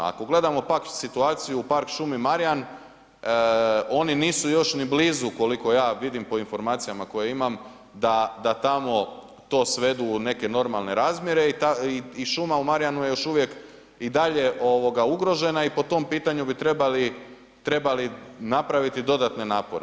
Ako gledamo pak situaciju u park šumi Marjan, oni nisu još ni blizu koliko ja vidim po informacijama koje imam da tamo to svedu u neke normalne razmjene i šuma u Marjanu je još uvijek i dalje ugrožena i po tom pitanju bi trebali napraviti dodatne napore.